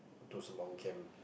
those monk camp